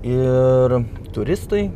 ir turistai